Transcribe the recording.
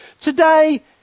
Today